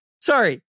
Sorry